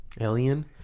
alien